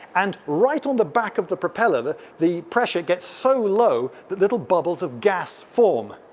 and right on the back of the propeller the the pressure gets so low that little bubbles of gas form.